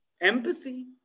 empathy